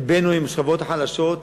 לבנו עם השכבות החלשות.